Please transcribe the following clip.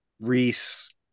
Reese